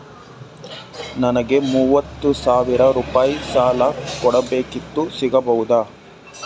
ನನಗೆ ಮೂವತ್ತು ಸಾವಿರ ರೂಪಾಯಿ ಸಾಲ ಬೇಕಿತ್ತು ಸಿಗಬಹುದಾ?